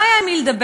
לא היה עם מי לדבר.